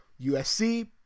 USC